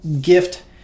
gift